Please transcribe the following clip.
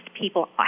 people